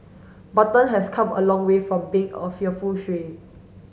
button has come a long way from being a fearful stray